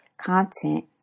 content